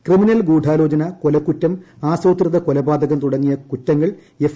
criminal ഗൂഢാലോചന കൊലക്കുറ്റം ആസൂത്രിത കൊലപാതകം തുടങ്ങിയ കുറ്റങ്ങൾ എഫ്